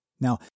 Now